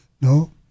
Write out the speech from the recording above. No